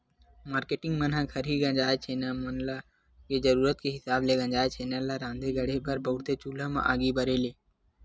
marketing मन ह खरही गंजाय छैना मन म ले जरुरत के हिसाब ले गंजाय छेना ल राँधे गढ़हे बर बउरथे चूल्हा म आगी बारे ले